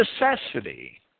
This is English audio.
necessity